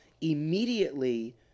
immediately